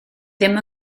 ddim